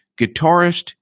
guitarist